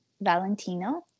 Valentino